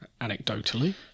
Anecdotally